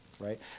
right